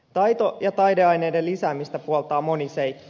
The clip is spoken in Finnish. taito ja taideaineiden lisäämistä puoltaa moni seikka